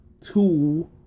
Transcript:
two